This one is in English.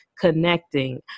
Connecting